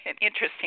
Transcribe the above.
interesting